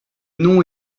nom